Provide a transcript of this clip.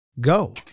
Go